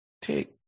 take